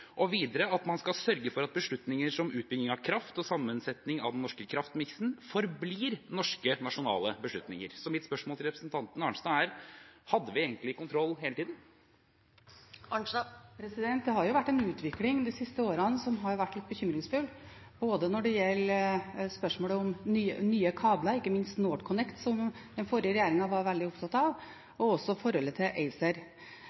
og videre at man skal «sørge for at beslutninger om utbygging av kraft og sammensetningen av den norske kraftmiksen forblir norske, nasjonale beslutninger». Så mitt spørsmål til representanten Arnstad er: Hadde vi egentlig kontroll hele tiden? Det har vært en utvikling de siste årene som har vært litt bekymringsfull, både når det gjelder spørsmålet om nye kabler, ikke minst NorthConnect, som den forrige regjeringen var veldig opptatt